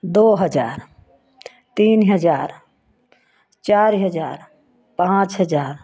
दो हजार तीन हजार चार हजार पाँच हजार